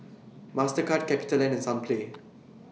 Mastercard CapitaLand and Sunplay